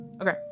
Okay